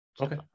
okay